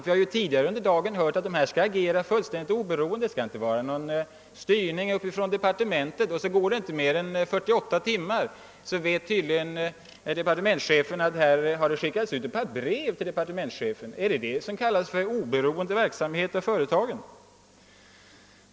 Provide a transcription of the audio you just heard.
Vi har hört tidigare i dag att de skall agera fullständigt oberoende, utan någon styrning från departementet, men inom 48 timmar vet tydligen departementschefen att jag har skickat ut dessa brev. Är det detta som kallas för oberoende verksamhet i företagen?